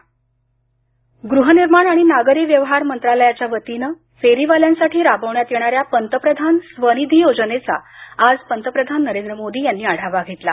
पंतप्रधान स्वनिधी योजना गृहनिर्माण आणि नागरी व्यवहार मंत्रालयाच्या वतीनं फेरीवाल्यांसाठी राबवण्यात येणाऱ्या पंतप्रधान स्वनिधी योजनेचा आज पंतप्रधान नरेंद्र मोदी यांनी आढावा घेतला